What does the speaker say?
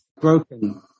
broken